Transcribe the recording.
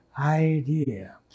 idea